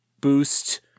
boost